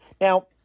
now